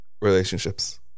relationships